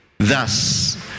Thus